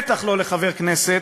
בטח לא לחבר כנסת,